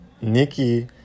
Nikki